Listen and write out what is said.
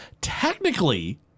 technically